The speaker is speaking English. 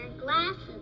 glasses